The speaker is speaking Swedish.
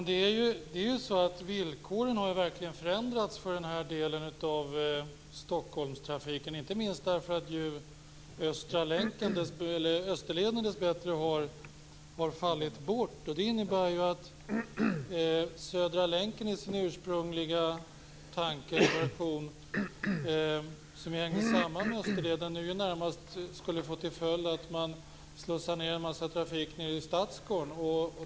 Herr talman! Villkoren har verkligen förändrats för den här delen av Stockholmstrafiken, inte minst därför att Österleden dessbättre har fallit bort. Det innebär att Södra länken, som i sin ursprungliga version hänger samman med Österleden, nu närmast skulle få till följd att man slussar ned en massa trafik till Stadsgården.